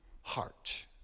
heart